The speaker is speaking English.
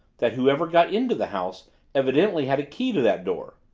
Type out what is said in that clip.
that whoever got into the house evidently had a key to that door.